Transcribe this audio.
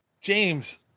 james